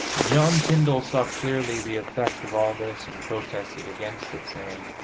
john tyndall saw clearly the effect of all this and protested against it, saying,